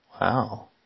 Wow